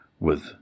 with